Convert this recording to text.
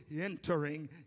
entering